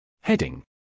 Heading